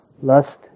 lust